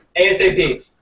ASAP